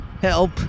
Help